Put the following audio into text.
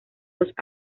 los